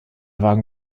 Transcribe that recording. wagen